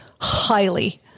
highly